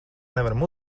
nevaram